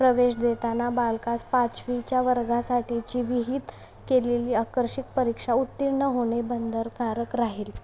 प्रवेश देताना बालकास पाचवीच्या वर्गासाठीची विहित केलेली आकर्षित परीक्षा उत्तीर्ण होणे बंधनकारक राहील